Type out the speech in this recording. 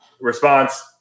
response